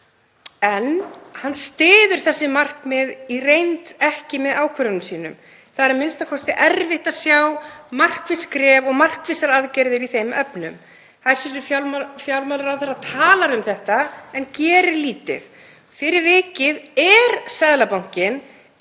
en hann styður þessi markmið í reynd ekki með ákvörðunum sínum. Það er a.m.k. erfitt að sjá markviss skref og markvissar aðgerðir í þeim efnum. Hæstv. fjármálaráðherra talar um þetta en gerir lítið. Fyrir vikið er Seðlabankinn einn